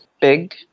big